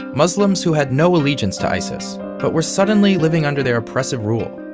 muslims who had no allegiance to isis but were suddenly living under their oppressive rule.